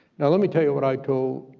now let me tell you what i told,